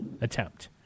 attempt